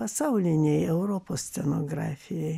pasaulinėj europos scenografijoj